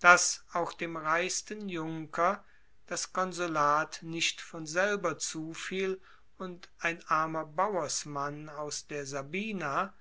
dass auch dem reichsten junker das konsulat nicht von selber zufiel und ein armer bauersmann aus der sabina